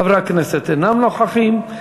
חברי הכנסת אינם נוכחים.